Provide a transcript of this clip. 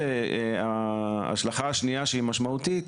ההשלכה השנייה שהיא משמעותית,